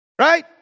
right